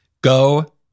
Go